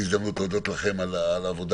זו הזדמנות להודות לכם על עבודה,